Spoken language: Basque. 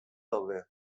daude